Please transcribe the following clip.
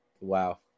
wow